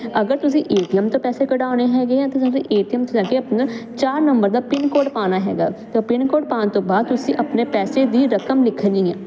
ਅਗਰ ਤੁਸੀਂ A T M ਤੋਂ ਪੈਸੇ ਕਢਾਉਣੇ ਹੈਗੇ ਆ ਤਾਂ ਤੁਸੀਂ ਏ ਟੀ ਐਮ 'ਚ ਜਾ ਕੇ ਆਪਣਾ ਚਾਰ ਨੰਬਰ ਦਾ ਪਿੰਨ ਕੋਡ ਪਾਉਣਾ ਹੈਗਾ ਅਤੇ ਪਿੰਨ ਕੋਡ ਪਾਉਣ ਤੋਂ ਬਾਅਦ ਤੁਸੀਂ ਆਪਣੇ ਪੈਸੇ ਦੀ ਰਕਮ ਲਿਖਣੀ ਆ